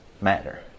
matter